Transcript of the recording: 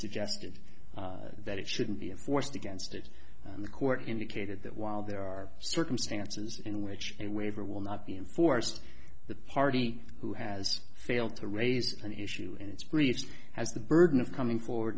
suggested that it shouldn't be enforced against it and the court indicated that while there are circumstances in which a waiver will not be enforced the party who has failed to raise an issue in its briefs has the burden of coming forward